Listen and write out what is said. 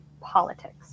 politics